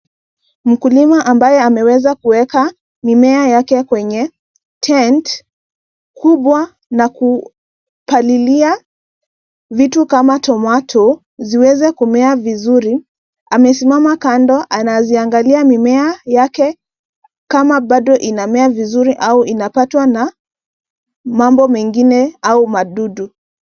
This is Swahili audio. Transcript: Mkulima ambaye ameweza kuweka mimea yake kwenye tent kubwa na kupalilia vitu kama tomato ziweze kumea vizuri amesimama kando anaziangalia mimea yake kama bado inamea vizuri au inapatwa na mambo mengine au madudu.